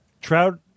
Trout